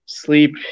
Sleep